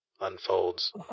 unfolds